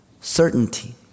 certainty